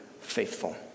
faithful